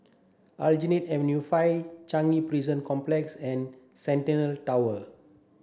Aljunied Avenue five Changi Prison Complex and Centennial Tower